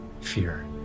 fear